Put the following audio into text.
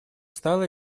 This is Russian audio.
стала